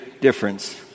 difference